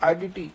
IDT